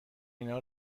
اینا